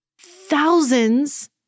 thousands